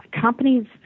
Companies